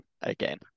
Again